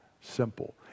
simple